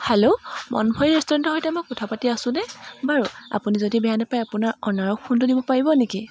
hello Monbhori ৰেষ্টুৰেণ্টৰ সৈতে মই কথা পাতি আছোনে বাৰু আপুনি যদি বেয়া নাপায় আপোনাৰ অ'নাৰক ফোনটো দিব পাৰিব নেকি